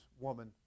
woman